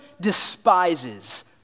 despises